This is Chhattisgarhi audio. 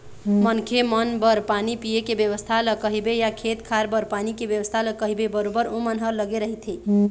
मनखे मन बर पानी पीए के बेवस्था ल कहिबे या खेत खार बर पानी के बेवस्था ल कहिबे बरोबर ओमन ह लगे रहिथे